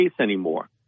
anymore